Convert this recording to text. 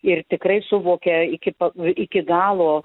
ir tikrai suvokia iki pa iki galo